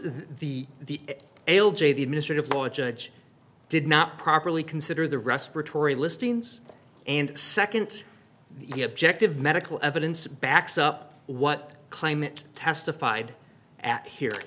the l j the administrative law judge did not properly consider the respiratory listings and second the objective medical evidence backs up what climate testified at here